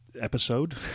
episode